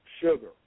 sugar